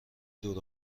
دور